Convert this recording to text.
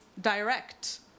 direct